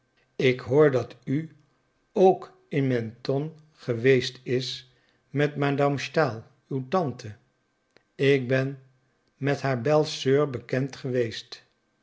ik hoor dat u ook in mentone geweest is met madame stahl uw tante ik ben met haar bellesoeur bekend geweest